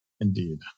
Indeed